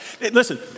Listen